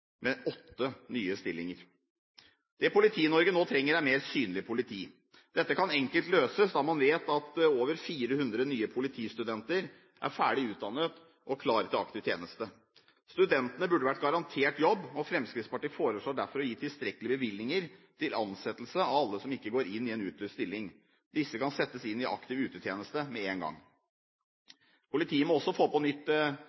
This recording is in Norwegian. med åtte nye stillinger. Det Politi-Norge nå trenger, er mer synlig politi. Dette kan enkelt løses da man vet at over 400 nye politistudenter er ferdig utdannet og klare til aktiv tjeneste. Studentene burde vært garantert jobb, og Fremskrittspartiet foreslår derfor å gi tilstrekkelige bevilgninger til ansettelser av alle som ikke går inn i en utlyst stilling. Disse kan settes inn i aktiv utetjeneste med en gang. Politiet må også få på plass et nytt